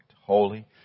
holy